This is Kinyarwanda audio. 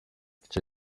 bityo